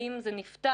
האם זה נפתר?